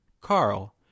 Carl